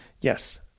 Yes